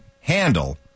handle